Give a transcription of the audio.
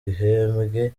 gihembwe